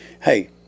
Hey